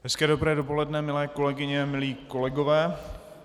Hezké dobré dopoledne, milé kolegyně, milí kolegové.